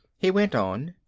he went on,